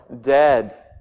dead